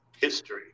history